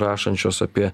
rašančios apie